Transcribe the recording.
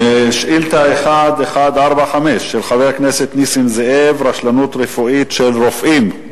שאילתא 1145 של חבר הכנסת נסים זאב: רשלנות רפואית של רופאים.